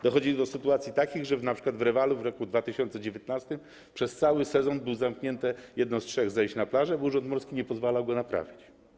Dochodzi do sytuacji takich, że np. w Rewalu w roku 2019 przez cały sezon było zamknięte jedno z trzech zejść na plażę, bo urząd morski nie pozwalał go naprawić.